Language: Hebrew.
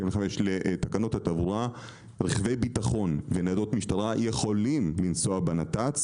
5. ג5 לתקנות התעבורה: רכבי ביטחון וניידות משטרה יכולים לנסוע בנת"צ,